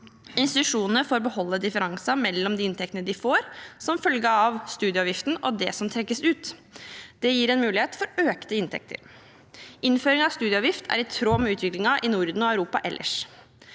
Institusjonene får beholde differansen mellom de inntektene de får som følge av studieavgiften, og det som trekkes ut. Det gir en mulighet for økte inntekter. Innføringen av studieavgift er i tråd med utviklingen i Norden og Europa ellers.